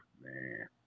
man